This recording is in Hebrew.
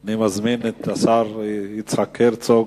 אני מזמין את השר יצחק הרצוג